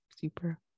Super